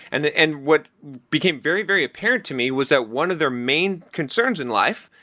and and what became very, very apparent to me was that one of their main concerns in life,